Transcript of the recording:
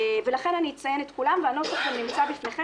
ולכן אני אציין את כולן ובנוסח הנמצא בפניכם